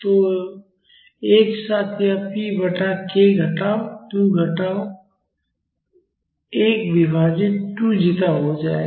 तो एक साथ यह p बटा k घटाव 2 घटाव 1 विभाजित 2 जीटा हो जाएगा